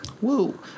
Woo